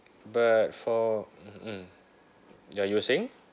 but for mmhmm you're using